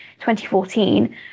2014